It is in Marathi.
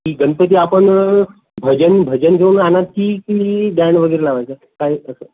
की गणपती आपण भजन भजन घेऊन आणायचा की बँड वगैरे लावायचं काय कसं